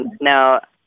now